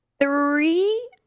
three